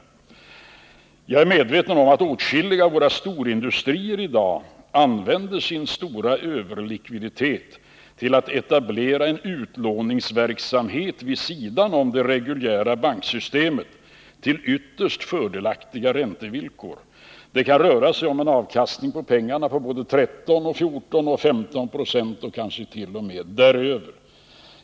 Jag är medveten om att åtskilliga av våra storindustrier i dag använder sin stora överlikviditet till att etablera en utlåningsverksamhet vid sidan om det reguljära banksystemet till ytterst fördelaktiga räntevillkor. Det kan röra sig om en avkastning på pengarna på både 13, 14 och 15 96 och kanske t.o.m. däröver.